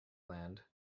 land